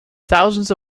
thousands